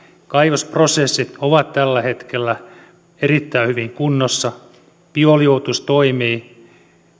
kaivosprosessit ovat tällä hetkellä erittäin hyvin kunnossa bioliuotus toimii